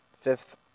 fifth